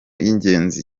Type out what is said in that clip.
y’ingenzi